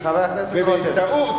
חבר הכנסת רותם,